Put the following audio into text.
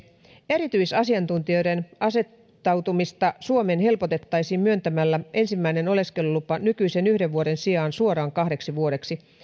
erityisasiantuntijoiden asettautumista suomeen helpotettaisiin myöntämällä ensimmäinen oleskelulupa nykyisen yhden vuoden sijaan suoraan kahdeksi vuodeksi